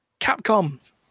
Capcom